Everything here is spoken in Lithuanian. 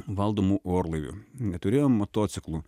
valdomų orlaivių neturėjom motociklų